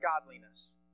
godliness